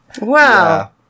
Wow